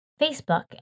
Facebook